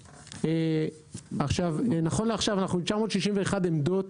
נכון לעכשיו אנחנו עם 961 עמדות